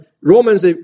Romans